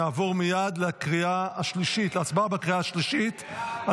נעבור מייד להצבעה בקריאה השלישית על